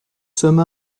sommes